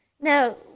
Now